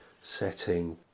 setting